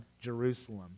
Jerusalem